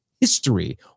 history